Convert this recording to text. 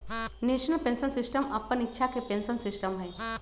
national pension system अप्पन इच्छा के पेंशन सिस्टम हइ